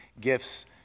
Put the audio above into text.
gifts